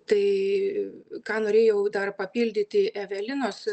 tai ką norėjau dar papildyti evelinos